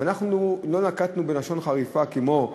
אבל אנחנו לא נקטנו לשון חריפה כמו: